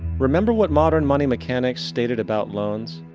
remember what modern money mechanics stated about loans?